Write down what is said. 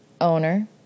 owner